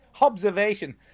Observation